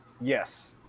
Yes